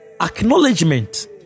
acknowledgement